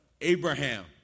Abraham